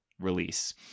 release